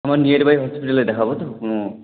আমার নিয়ারবাই হসপিটালে দেখাব তো কোনো